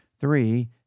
Three